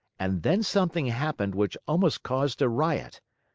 and then something happened which almost caused a riot.